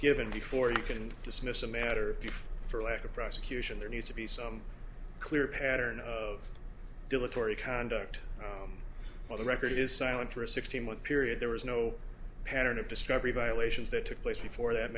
given before you can dismiss a matter for lack of prosecution there needs to be some clear pattern of dilatory conduct on the record is silence for a sixteen month period there was no pattern of discovery violations that took place before that